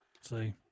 See